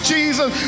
Jesus